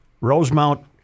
Rosemount